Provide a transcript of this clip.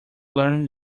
learn